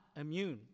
immune